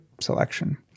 selection